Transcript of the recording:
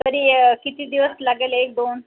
तरी किती दिवस लागेल एक दोन